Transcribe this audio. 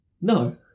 No